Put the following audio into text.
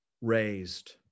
raised